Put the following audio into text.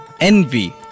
envy